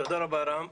תודה רבה רם.